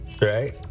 right